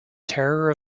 terror